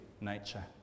nature